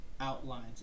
outlines